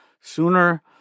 sooner